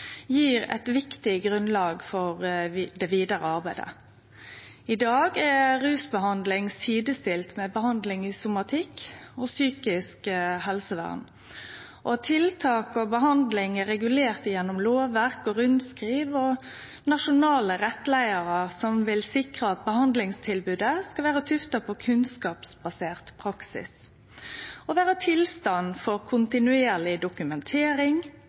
viktig grunnlag for det vidare arbeidet. I dag er rusbehandling sidestilt med behandling i somatisk og psykisk helsevern. Tiltak og behandling er regulert gjennom lovverk, rundskriv og nasjonale rettleiarar som skal sikre at behandlingstilbodet er tufta på kunnskapsbasert praksis og er gjenstand for kontinuerleg dokumentering